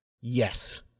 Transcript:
Yes